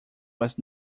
was